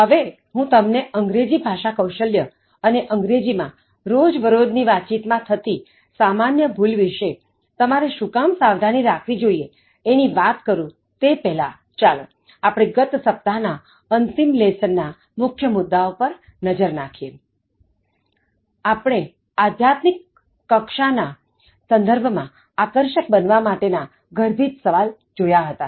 હવે હું તમને અંગ્રેજી ભાષા કૌશલ્ય અને અંગ્રેજીમાં રોજબરોજ ની વાતચીતમાં થતી સામાન્ય ભૂલ વિશે તમારે શું કામ સાવધાની રાખવી જોઈએ એની વાત કરતા પહેલા ચાલો આપણે ગત સપ્તાહ ના અંતિમ લેસનના મુખ્ય મુદ્દાઓ પર નજર નાખીએ આપણે આધ્યાત્મિક કક્ષાના સંદર્ભમાં આકર્ષક બનવા માટે ના ગર્ભિત સવાલ જોયા હતા